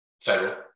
Federal